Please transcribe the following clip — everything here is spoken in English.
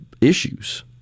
issues